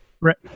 Right